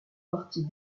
partie